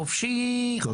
חופשי חופשי.